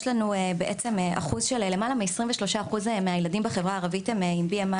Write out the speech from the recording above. יש לנו למעלה מ-23% מהילדים בחברה הערבית הם עם BMI